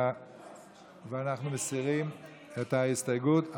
ואנחנו מסירים את ההסתייגות,